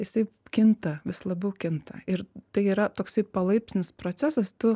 jisai kinta vis labiau kinta ir tai yra toksai palaipsnis procesas tu